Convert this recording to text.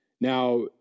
Now